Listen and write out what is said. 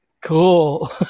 Cool